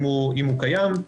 אם הוא קיים.